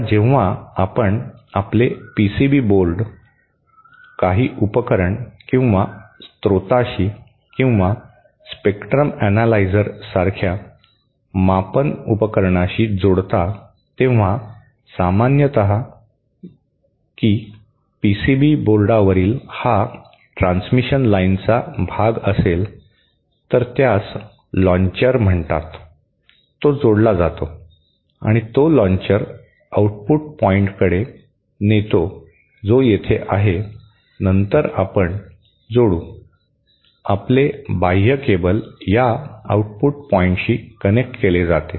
आता जेव्हा आपण आपले पीसीबी बोर्ड काही उपकरण किंवा स्त्रोताशी किंवा स्पेक्ट्रम अनालायझर सारख्या काही मापन उपकरणाशी जोडता तेव्हा सामान्यत की पीसीबी बोर्डावरील हा ट्रांसमिशन लाईनचा भाग असेल तर त्यास लाँचर म्हणतात तो जोडला जातो आणि तो लाँचर आउटपुट पॉईंटकडे नेतो जो येथे आहे नंतर आपण जोडू आपले बाह्य केबल या आउटपुट पॉईंटशी कनेक्ट केले जाते